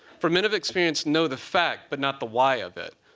for men of experience know the fact but not the why of it.